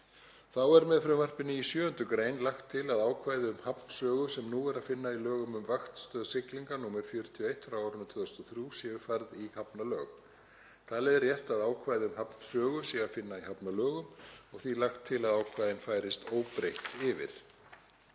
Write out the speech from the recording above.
Þá er með frumvarpinu í 7. gr. lagt til að ákvæði um hafnsögu, sem nú er að finna í lögum um Vaktstöð siglinga, nr. 41 frá árinu 2003, séu færð í hafnalög. Talið er rétt að ákvæði um hafnsögu sé að finna í hafnalögum og því er lagt til að ákvæðin færist óbreytt yfir.